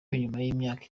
y’imyaka